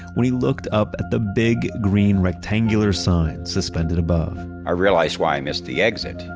when he looked up at the big green rectangular sign, suspended above i realized why i missed the exit.